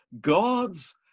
God's